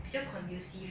比较 conducive